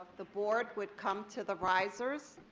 the board would come to the risers.